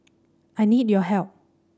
I need your help